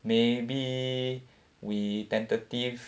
maybe we tentative